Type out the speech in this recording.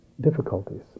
difficulties